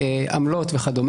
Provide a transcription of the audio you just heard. עמלות וכד'.